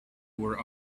were